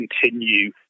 continue